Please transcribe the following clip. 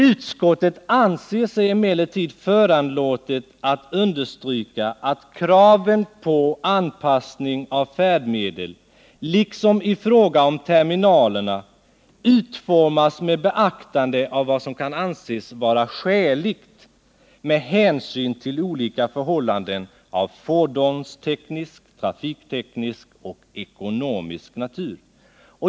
Utskottet anser sig emellertid föranlåtet att understryka ”att kraven på anpassning av färdmedlen —- liksom i fråga om terminalerna — utformas med beaktande av vad som kan anses vara skäligt med hänsyn till olika förhållanden av fordonsteknisk, trafikteknisk och ekonomisk natur”.